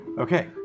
Okay